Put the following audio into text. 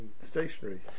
stationary